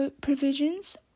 provisions